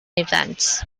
events